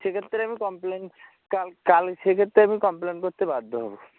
সেক্ষেত্রে আমি কমপ্লেন কাল কাল সেক্ষেত্রে আমি কমপ্লেন করতে বাধ্য হবো